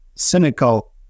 Cynical